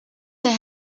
der